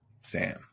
Sam